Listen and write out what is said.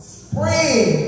spring